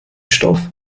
stoff